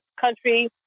country